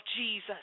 Jesus